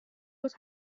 was